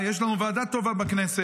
יש לנו ועדה טובה בכנסת,